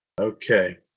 Okay